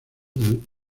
del